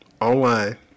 online